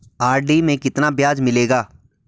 RD में कितना ब्याज मिलेगा?